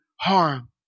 harm